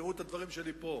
תזכרו את הדברים שלי פה,